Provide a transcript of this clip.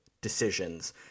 decisions